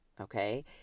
okay